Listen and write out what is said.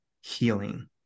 healing